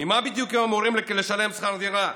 ממה בדיוק הם אמורים לשלם שכר דירה?